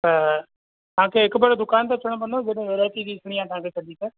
त तव्हांखे हिक भेरो दुकान ते अचिणो पवंदो जॾहिं वैराएटी ॾिसिणी आहे सॼी त